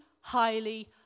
highly